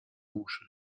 uszy